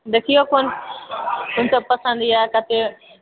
देखियौ कोन सब पसन्द यऽ कतेक